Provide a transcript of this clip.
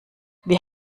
wir